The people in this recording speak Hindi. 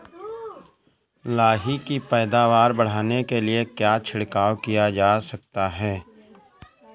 लाही की पैदावार बढ़ाने के लिए क्या छिड़काव किया जा सकता है?